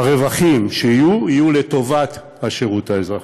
הרווחים שיהיו, יהיו לטובת השירות האזרחי.